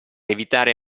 evitare